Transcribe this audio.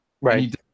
Right